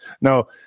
No